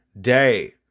day